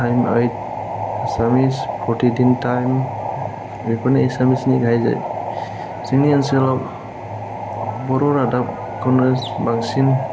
time ओइठ एसामिस प्रटिदिन टाइम बेफोरनो एसामिसनि गाहाय जाहैबाय जोंनि ओनसोलाव बर' रादाबखौनो बांसिन